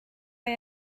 mae